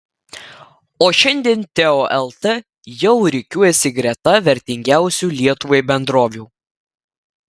o šiandien teo lt jau rikiuojasi greta vertingiausių lietuvai bendrovių